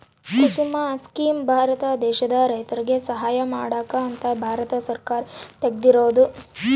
ಕುಸುಮ scheme Bharat ದೇಶದ ರೈತರಿಗೆ ಸಹಾಯ ಮಾಡಕ ಅಂತ ಭಾರತ ಸರ್ಕಾರ ತೆಗ್ದಿರೊದು